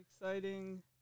exciting